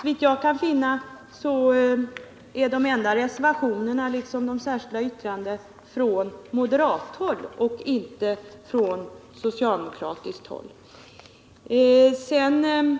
Såvitt jag kan finna kommer reservationerna liksom de särskilda yttrandena från moderat håll och inte från socialdemokrater. Georg Andersson